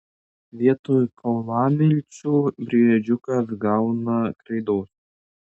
vietoj kaulamilčių briedžiukas gauna kreidos